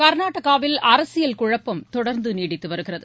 கா்நாடகாவில் அரசியல் குழப்பம் தொடா்ந்து நீடித்து வருகிறது